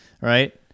right